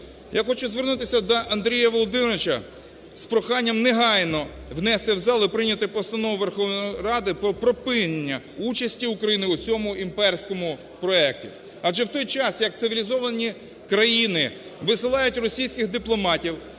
Я хочу звернутися до Андрія Володимировича з проханням негайно внести в зал і прийняти постанову Верховної Ради про припинення участі України в цьому імперському проекті. Адже в той час, як цивілізовані країни висилають російських дипломатів,